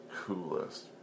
coolest